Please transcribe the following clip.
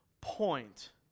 point